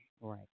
Right